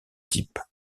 types